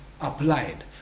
applied